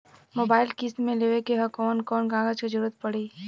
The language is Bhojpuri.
मोबाइल किस्त मे लेवे के ह कवन कवन कागज क जरुरत पड़ी?